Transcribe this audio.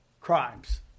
crimes